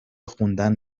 خوندن